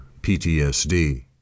PTSD